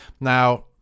Now